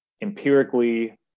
empirically